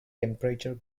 temperature